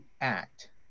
act